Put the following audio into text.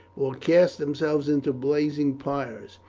or cast themselves into blazing pyres.